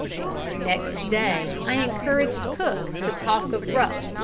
next day i encouraged cook to talk of ruff,